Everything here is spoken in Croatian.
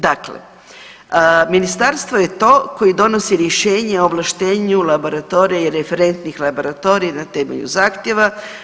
Dakle, Ministarstvo je to koje donosi rješenje o ovlaštenju laboratorija i referentnih laboratorija na temelju zahtjeva.